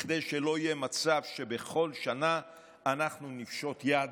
כדי שלא יהיה מצב שבכל שנה אנחנו נפשוט יד,